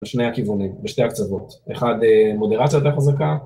בשני הכיוונים, בשתי הקצוות, אחד מודרציה יותר חזקה